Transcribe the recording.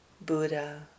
Buddha